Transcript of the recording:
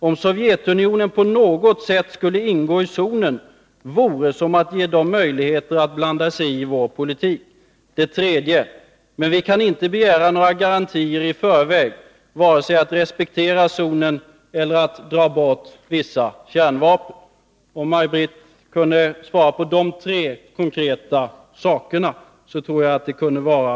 Om Sovjetunionen på något sätt skulle ingå i zonen, vore som att ge dem möjligheter att blanda sig i vår politik.” 3. ”Men vi kan inte begära några garantier i förväg — vare sig att respektera zonen eller att dra bort vissa kärnvapen.” Det kunde vara av ett visst värde om Maj Britt Theorin kommenterade de här tre konkreta uttalandena.